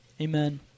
Amen